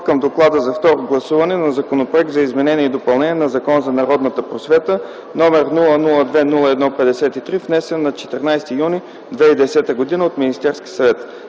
към Доклад за второ гласуване на Законопроект за изменение и допълнение на Закона за народната просвета, № 002-01-53, внесен на 14 юни 2010 г. от Министерския съвет